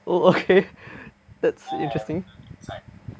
oh okay that's interesting